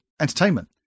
entertainment